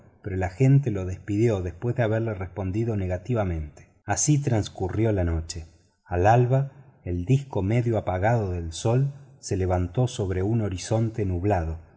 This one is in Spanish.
pero el agente lo despidió después de haberle respondido negativamente así transcurrió la noche al alba el disco medio apagado del sol se levantó sobre un horizonte nublado